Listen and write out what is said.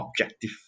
objective